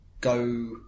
go